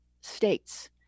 states